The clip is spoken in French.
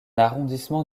arrondissement